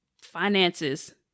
finances